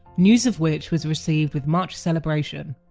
news of which was received with much celebration.